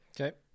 Okay